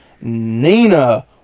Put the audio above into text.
nina